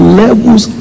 levels